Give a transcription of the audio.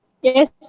Yes